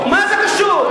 מה זה קשור?